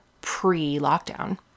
pre-lockdown